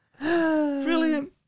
brilliant